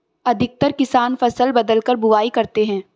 अधिकतर किसान फसल बदलकर बुवाई करते है